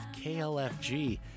KLFG